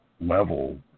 level